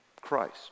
Christ